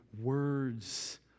words